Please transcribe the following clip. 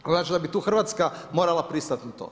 To znači da bi tu Hrvatska morala pristati na to.